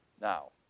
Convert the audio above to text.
Now